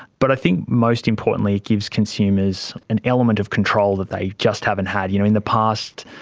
but i think most importantly it gives consumers an element of control that they just haven't had. you know, in the past,